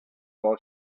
while